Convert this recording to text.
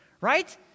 right